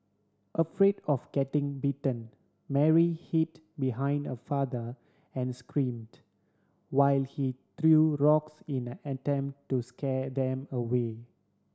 afraid of getting bitten Mary hid behind her father and screamed while he threw rocks in an attempt to scare them away